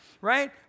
Right